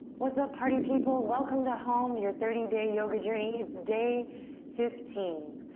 what's up, party people? welcome to home, your thirty day yoga journey. it's day fifteen.